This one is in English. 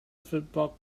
football